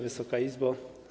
Wysoka Izbo!